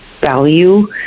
value